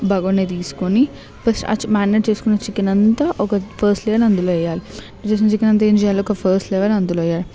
బగోని తీసుకోని ఫస్ట్ ఆ మారినేడ్ చేసుకున్న చికెన్ అంత ఒక ఫస్ట్లోనే అందులో వేయాలి ముందు చేసిన చికెన్ అంత ఏం చేయాలి ఒక ఫస్ట్ లెవెల్ అందులో వేయాలి